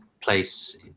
place